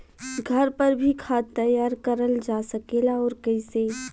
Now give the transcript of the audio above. घर पर भी खाद तैयार करल जा सकेला और कैसे?